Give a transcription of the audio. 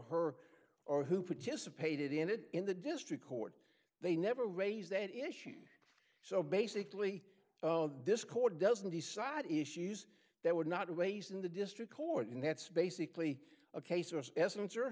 her or who participated in it in the district court they never raise that issue so basically this court doesn't decide issues that would not waste in the district court and that's basically a case of essence or